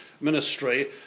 ministry